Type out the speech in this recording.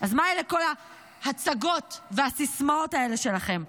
אז מה אלה כל ההצגות והסיסמאות האלה שלכם?